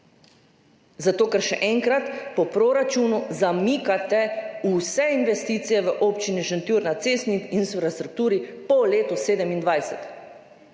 Zato ker, še enkrat, po proračunu zamikate vse investicije v občini Šentjur na cestni infrastrukturi po letu 2027,